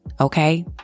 Okay